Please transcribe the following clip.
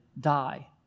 die